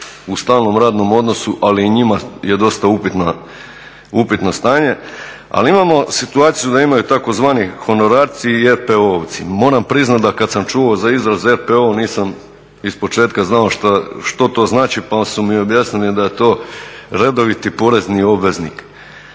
u stalnom radnom odnosu, ali i njima je dosta upitno stanje, ali imamo situaciju da imaju tzv. honorarci i RPO-vci. Moram priznati da kad sam čuo za izraz RPO nisam ispočetka znao što to znači pa su mi objasnili da je to redoviti porezni obveznik.